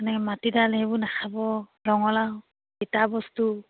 এনেকৈ মাটিদাইল সেইবোৰ নাখাব ৰঙালাও তিতা বস্তু